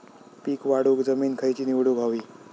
पीक वाढवूक जमीन खैची निवडुक हवी?